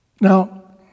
Now